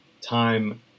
time